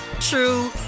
true